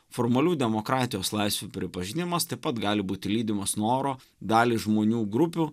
formalių demokratijos laisvių pripažinimas taip pat gali būti lydimas noro dalį žmonių grupių